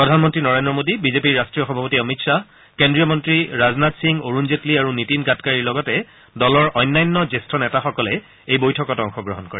প্ৰধানমন্ত্ৰী নৰেদ্ৰ মোডী বিজেপিৰ ৰাষ্ট্ৰীয় সভাপতি অমিত শ্বাহ কেন্দ্ৰীয় মন্ত্ৰী ৰাজনাথ সিং অৰুণ জেটলী আৰু নীতিন গাডকাৰীৰ লগতে দলৰ অন্যান্য জ্যেষ্ঠ নেতাসকলে এই বৈঠকত অংশগ্ৰহণ কৰে